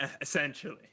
Essentially